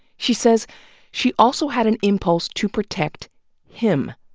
she says she also had an impulse to protect him.